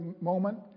moment